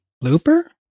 Looper